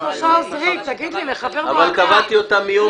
אבל קבעתי אותה מיום